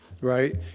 right